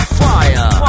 fire